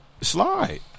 slide